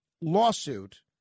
lawsuit